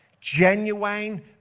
genuine